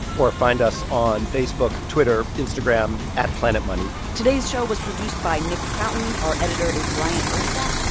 or find us on facebook, twitter, instagram at planetmoney today's show was produced by nick fountain. our editor is bryant urstadt.